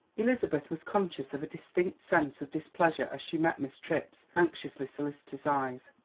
elizabeth was conscious of a distinct sense of displeasure as she met miss tripp's anxiously solicitous eyes.